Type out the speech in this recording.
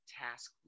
task